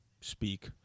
speak